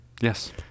Yes